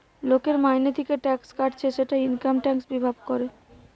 লোকের মাইনে থিকে ট্যাক্স কাটছে সেটা ইনকাম ট্যাক্স বিভাগ করে